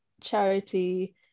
charity